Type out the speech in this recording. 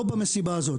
לא במסיבה הזאת.